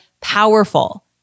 powerful